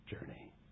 journey